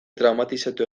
traumatizatu